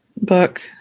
book